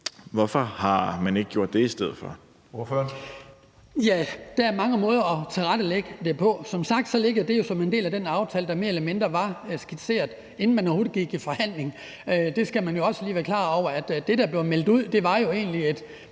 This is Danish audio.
Ordføreren. Kl. 17:52 Hans Kristian Skibby (DD): Der er mange måder at tilrettelægge det på. Som sagt ligger det som en del af den aftale, der mere eller mindre var skitseret, inden man overhovedet gik i forhandling. Det skal man jo også lige være klar over. Det, der blev meldt ud, var jo egentlig et